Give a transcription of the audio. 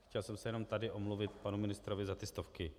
Chtěl jsem se tu jen omluvit panu ministrovi za ty stovky.